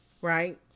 Right